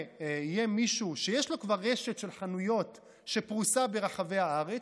ויהיה מישהו שיש לו כבר רשת של חנויות שפרוסה ברחבי הארץ,